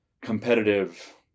competitive